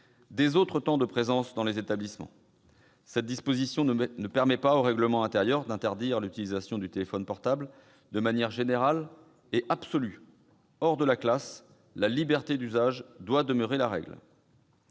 des autres temps de présence dans les établissements, cette disposition ne permet pas au règlement intérieur d'interdire l'utilisation du téléphone portable de manière générale et absolue ; hors de la classe, la liberté d'usage doit demeurer la règle.